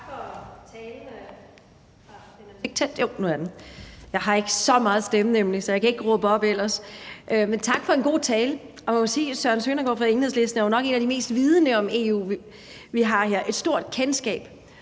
Man må sige, at Søren Søndergaard fra Enhedslisten jo nok er en af de mest vidende om EU, vi har her, med et stort kendskab,